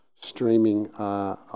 streaming